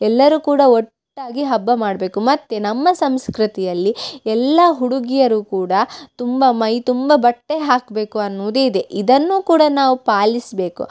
ಎಲ್ಲರೂ ಕೂಡ ಒಟ್ಟಾಗಿ ಹಬ್ಬ ಮಾಡಬೇಕು ಮತ್ತು ನಮ್ಮ ಸಂಸ್ಕೃತಿಯಲ್ಲಿ ಎಲ್ಲ ಹುಡುಗಿಯರು ಕೂಡ ತುಂಬ ಮೈತುಂಬ ಬಟ್ಟೆ ಹಾಕಬೇಕು ಅನ್ನುವುದು ಇದೆ ಇದನ್ನೂ ಕೂಡ ನಾವು ಪಾಲಿಸಬೇಕು